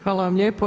Hvala vam lijepo.